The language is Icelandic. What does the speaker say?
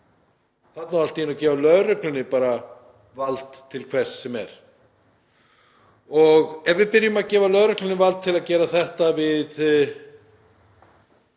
Það á allt í einu gefa lögreglunni bara vald til hvers sem er. Ef við byrjum að gefa lögreglunni vald til að gera þetta við